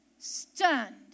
Stunned